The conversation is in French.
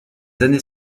années